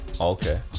Okay